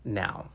now